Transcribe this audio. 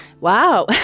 Wow